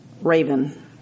raven